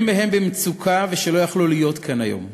מהם במצוקה ושלא יכלו להיות כאן היום.